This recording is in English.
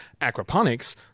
aquaponics